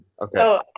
Okay